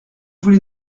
voulez